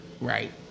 Right